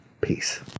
Peace